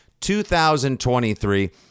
2023